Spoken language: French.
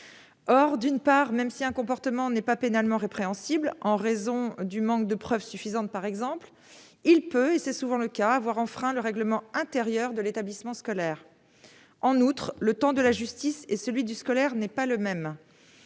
or, d'une part, même si un comportement n'est pas pénalement répréhensible en raison du manque de preuves suffisantes par exemple, il peut, et c'est souvent le cas avoir enfreint le règlement intérieur de l'établissement scolaire, en outre, le temps de la justice et celui du scolaire n'est pas le même